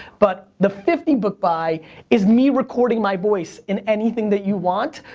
but the fifty book buy is me recording my voice in anything that you want.